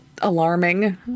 alarming